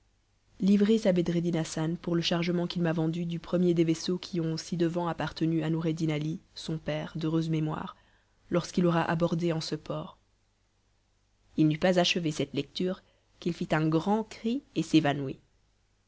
livrés à bedreddin hassan pour le chargement qu'il m'a vendu du premier des vaisseaux qui ont ci-devant appartenu à noureddin ali son père d'heureuse mémoire lorsqu'il aura abordé en ce port il n'eut pas achevé celle lecture qu'il fit un grand cri et s'évanouit